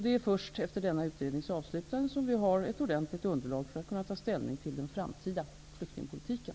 Det är först efter denna utrednings avslutande som vi har ett ordentligt underlag för att kunna ta ställning till den framtida flyktingpolitiken.